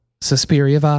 Suspiria